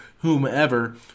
whomever